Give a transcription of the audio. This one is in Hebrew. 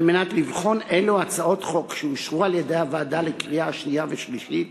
על מנת לבחון אילו הצעות חוק הוגשו על-ידי הוועדה לקריאה שנייה ושלישית